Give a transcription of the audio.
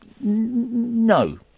no